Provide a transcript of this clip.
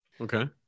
Okay